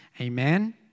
Amen